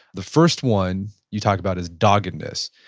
the first one you talked about is doggedness.